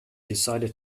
decided